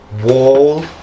wall